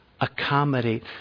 accommodate